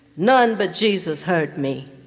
none but jesus heard me.